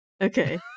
Okay